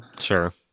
sure